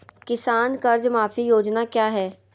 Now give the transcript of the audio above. किसान कर्ज माफी योजना क्या है?